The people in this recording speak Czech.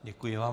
Děkuji vám.